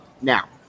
Now